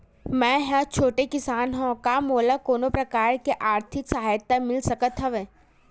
मै ह छोटे किसान हंव का मोला कोनो प्रकार के आर्थिक सहायता मिल सकत हवय?